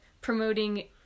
promoting